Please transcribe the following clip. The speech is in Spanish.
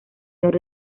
señor